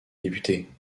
députés